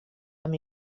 amb